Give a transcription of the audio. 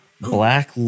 Black